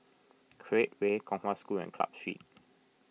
Create Way Kong Hwa School and Club Street